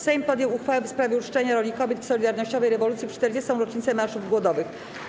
Sejm podjął uchwałę w sprawie uczczenia roli kobiet w solidarnościowej rewolucji w 40. rocznicę marszów głodowych.